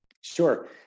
Sure